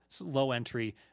low-entry